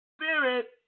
spirit